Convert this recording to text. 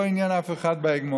לא עניין אף אחד בהגמוניה.